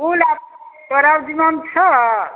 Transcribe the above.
फुल आर तोरा जिम्मामे छौ